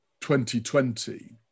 2020